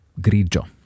grigio